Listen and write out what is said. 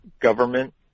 government